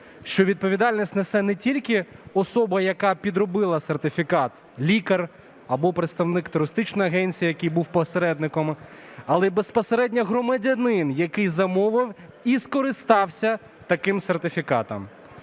що відповідальність несе не тільки особа, яка підробила сертифікат, лікар або представник туристичної агенції, який був посередником, але і безпосередньо громадянин, який замовив і скористався таким сертифікатом.